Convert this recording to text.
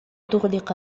تغلق